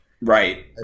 Right